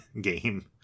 game